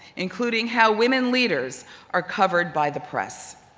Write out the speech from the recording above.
including how women leaders are covered by the press.